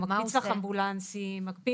הוא מקפיץ לך אמבולנסים,